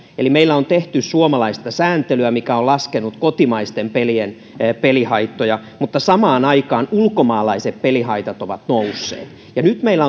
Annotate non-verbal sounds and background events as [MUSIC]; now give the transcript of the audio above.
eli meillä on tehty suomalaista sääntelyä mikä on laskenut kotimaisten pelien pelihaittoja mutta samaan aikaan ulkomaalaiset pelihaitat ovat nousseet ja nyt meillä [UNINTELLIGIBLE]